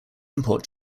import